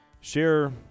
share